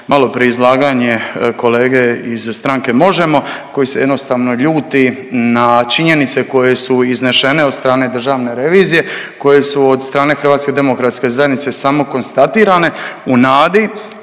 malo prije izlaganje kolege iz stranke MOŽEMO koji se jednostavno ljuti na činjenice koje su iznešene od strane Državne revizije, koje su od strane Hrvatske demokratske zajednice samo konstatirane u nadi